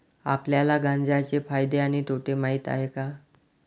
आपल्याला गांजा चे फायदे आणि तोटे माहित आहेत का?